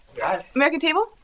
hi. american table?